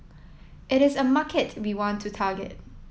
it is a market we want to target